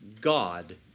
God